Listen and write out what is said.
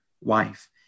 wife